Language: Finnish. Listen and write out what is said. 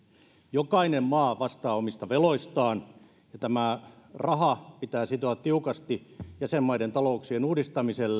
jokainen maa vastaa omista veloistaan ja tämä raha pitää sitoa tiukasti jäsenmaiden talouksien uudistamiseen